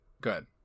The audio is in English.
good